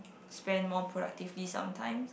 spent more productively sometimes